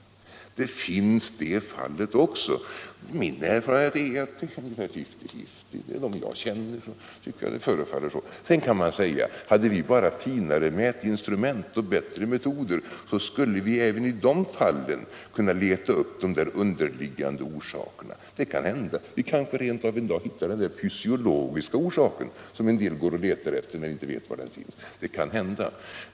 Det finns sådana fall också. Min erfarenhet av de fall jag känner till är att det kan röra sig om fifty-fifty. Sedan kan man säga att om vi bara hade finare mätinstrument och bättre metoder att mäta sådana saker, skulle vi kanske även i dessa fall kunna få fram de där underliggande orsakerna. Vi kanske en dag rent av får fram den fysiologiska orsak till alkoholismen som en del letar efter. Det kan hända.